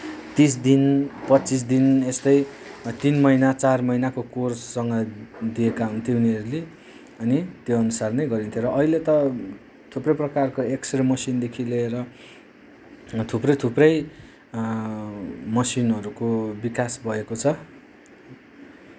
तिस दिन पच्चिस दिन यस्तै तिन महिना चार महिनाको कोर्ससँग दिएका हुन्थे उनीहरूले अनि त्यो अनुसार नै गरिन्थ्यो र अहिले त थुप्रो प्रकारको एक्सरे मसिनहरू देखि लेएर थुप्रै थुप्रै मसिनहरूको विकास भएको छ